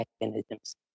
mechanisms